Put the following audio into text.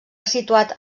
situat